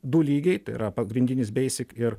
du lygiai tai yra pagrindinis basic ir